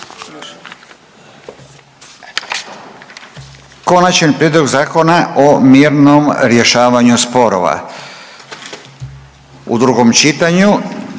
Konačni prijedlog Zakona o mirnom rješavanju sporova, drugo čitanje,